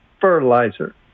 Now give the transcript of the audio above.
fertilizer